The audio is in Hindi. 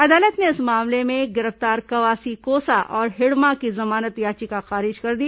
अदालत ने इस मामले में गिरफ्तार कवासी कोसा और हिड़मा की जमानत याचिका खारिज कर दी